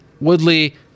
Woodley